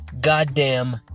goddamn